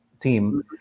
team